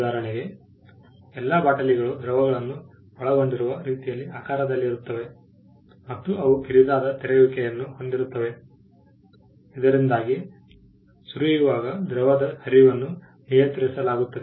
ಉದಾಹರಣೆಗೆ ಎಲ್ಲಾ ಬಾಟಲಿಗಳು ದ್ರವಗಳನ್ನು ಒಳಗೊಂಡಿರುವ ರೀತಿಯಲ್ಲಿ ಆಕಾರದಲ್ಲಿರುತ್ತವೆ ಮತ್ತು ಅವು ಕಿರಿದಾದ ತೆರೆಯುವಿಕೆಯನ್ನು ಹೊಂದಿರುತ್ತವೆ ಇದರಿಂದಾಗಿ ಸುರಿಯುವಾಗ ದ್ರವದ ಹರಿವನ್ನು ನಿಯಂತ್ರಿಸಲಾಗುತ್ತದೆ